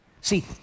See